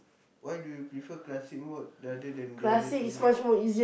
why do you prefer classic mode rather than the other two